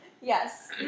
Yes